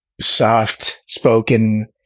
soft-spoken